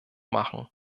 machen